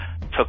took